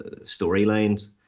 storylines